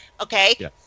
Okay